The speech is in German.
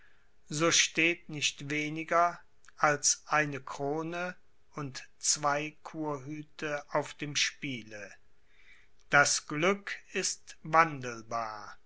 so steht nicht weniger als eine krone und zwei kurhüte auf dem spiele das glück ist wandelbar